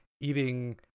eating